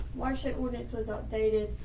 watershed ordinance was outdated.